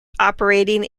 operating